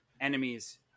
enemies